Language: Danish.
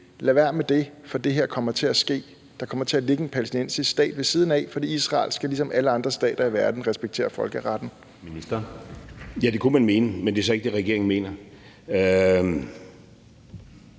Lad være med det. For det her kommer til at ske. Der kommer til at ligge en palæstinensisk stat ved siden af, fordi Israel ligesom alle andre stater i verden skal respektere folkeretten. Kl. 19:47 Anden næstformand (Jeppe Søe): Ministeren. Kl.